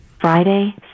Friday